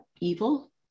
evil